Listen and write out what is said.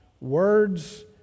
Words